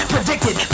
Predicted